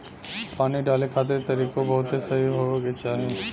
पानी डाले खातिर तरीकों बहुते सही होए के चाही